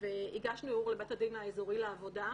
הגשנו ערעור לבית הדין האזורי לעבודה.